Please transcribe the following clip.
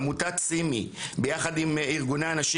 עמותת סימי ביחד עם ארגוני הנשים.